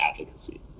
advocacy